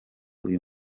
uyu